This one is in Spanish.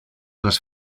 las